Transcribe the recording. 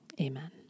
Amen